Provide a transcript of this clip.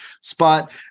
spot